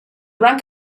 rank